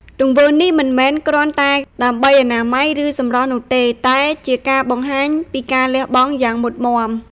ទង្វើនេះមិនមែនគ្រាន់តែដើម្បីអនាម័យ ឬសម្រស់នោះទេ តែជាការបង្ហាញពីការលះបង់យ៉ាងមុតមាំ។